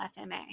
FMA